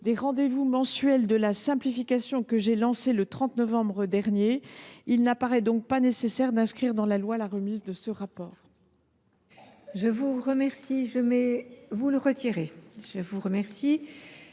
des rendez vous mensuels de la simplification, que j’ai lancés le 30 novembre dernier. Il ne paraît pas nécessaire d’inscrire dans la loi la remise d’un rapport.